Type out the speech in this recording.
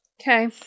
Okay